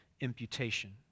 imputation